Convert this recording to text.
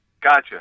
gotcha